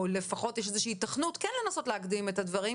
או לפחות יש איזו היתכנות כן לנסות להקדים את הדברים,